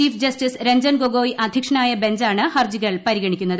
chief justice Ranjan Gogoi അധ്യക്ഷനായ ബഞ്ചാണ് ഹർജികൾ പരിഗണിക്കുന്നത്